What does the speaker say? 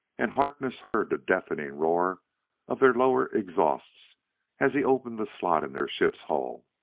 and harkness heard the deafening roar of their lower exhausts as he opened the slot in their ship's hull.